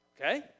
Okay